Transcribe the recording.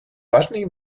важные